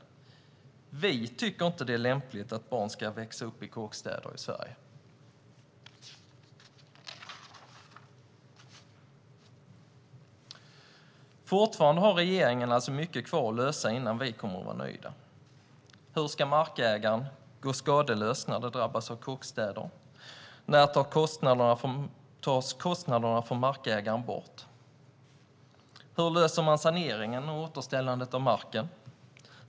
Sverigedemokraterna tycker inte att det är lämpligt att barn ska växa upp i kåkstäder i Sverige. Regeringen har fortfarande mycket kvar att lösa innan vi kommer att vara nöjda. Hur ska markägarna gå skadeslösa när de drabbas av att kåkstäder byggs på deras egendomar? När tas kostnaderna för markägarna bort? Hur löser man saneringen och återställandet av marken?